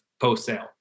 post-sale